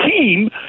team